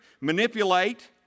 manipulate